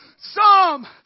Psalm